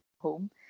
home